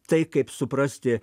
tai kaip suprasti